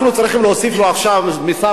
אנחנו צריכים להוסיף לו עכשיו על שר